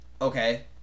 Okay